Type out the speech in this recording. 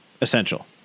essential